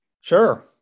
Sure